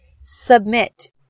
submit